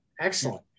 Excellent